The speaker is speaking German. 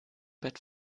bett